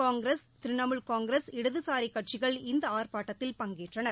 காங்கிரஸ் திரிணமூல் காங்கிரஸ் இடதுசாரி கட்சிகள் இந்த ஆர்ப்பாட்டத்தில் பங்கேற்றனர்